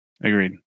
Agreed